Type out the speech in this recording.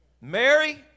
Mary